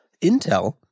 Intel